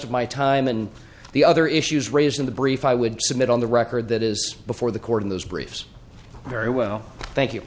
of my time and the other issues raised in the brief i would submit on the record that is before the court in those briefs very well thank you